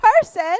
person